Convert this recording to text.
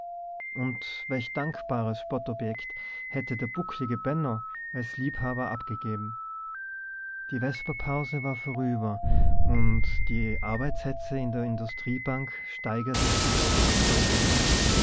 und welch dankbares spottobjekt hätte der bucklige benno als liebhaber abgegeben die vesperpause war vorüber und die arbeitshetze in der industriebank steigerte sich zur